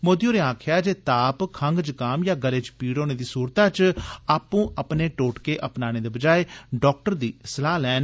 मोदी होरें आक्खेआ ताप खंग जुकाम जां गले पीड़ होने दी सूरतै च आपूं अपने टोटके अपनाने दे बजाए डॉक्टर दी सलाह् लैन